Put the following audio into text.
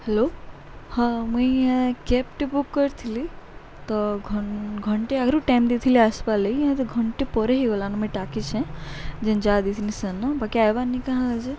hello ହଁ ମୁଇଁ ଏ କ୍ୟାବଟି ବୁକ୍ କରିଥିଲି ତ ଘ ଘଣ୍ଟେ ଆଗରୁ ଟାଇମ ଦେଇଥିଲି ଆସବାର୍ ଲାଗ ଏ ତ ଘଣ୍ଟେ ପରେ ହେଇଗଲାନ ମୁଇଁ ଡାକିଛେଁ ଯେନ୍ ଯାହା ଦେଇଥିନି ସେନ ବାକି ଆଇବାରନି କାହା ହେ ଯେ